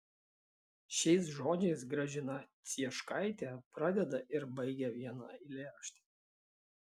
šiais žodžiais gražina cieškaitė pradeda ir baigia vieną eilėraštį